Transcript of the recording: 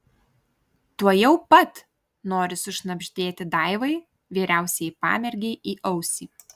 tuojau pat nori sušnabždėti daivai vyriausiajai pamergei į ausį